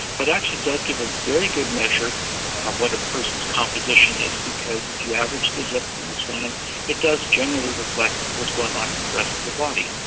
but actually does give a very good measure of what a person's composition is because if you average the hip and the spine it does generally reflect what's going on in the rest of the body.